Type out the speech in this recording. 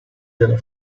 della